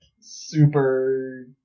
super